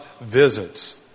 visits